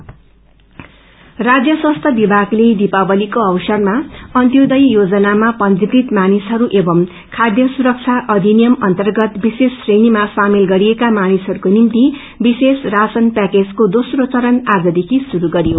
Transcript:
अन्तोदय योजना राज्य स्वास्थि विभागले दिपावलीको अवारमा अन्तोदय योजनामा पंजीकृत मानिसहरू एवं खाध्य सुरक्षा अधिनियम अर्न्तगत विशेष श्रेणीमा सामेल गरिएका मानिसहस्को निम्त विशेष शासन पैकेजको दोस्रो चरण आजदेखि शुरू गरियो